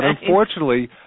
unfortunately